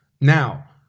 Now